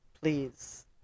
please